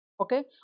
okay